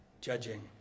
judging